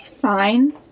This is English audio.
Fine